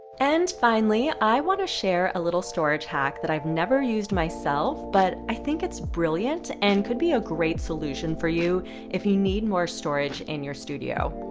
and finally, i want to share a little storage hack that i've never used myself, but i think it's brilliant and could be a great solution for you if you need more storage in your studio.